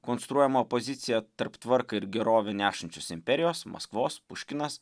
konstruojama pozicija tarp tvarką ir gerovę nešančius imperijos maskvos puškinas